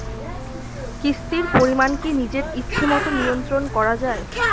কিস্তির পরিমাণ কি নিজের ইচ্ছামত নিয়ন্ত্রণ করা যায়?